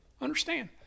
Understand